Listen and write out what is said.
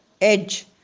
edge